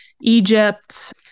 Egypt